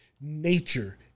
nature